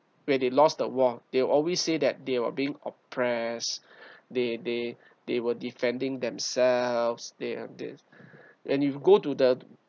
where they lost the war they'll always say that they were being oppressed they they they were defending themselves they have they and you go to the